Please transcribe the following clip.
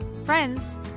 friends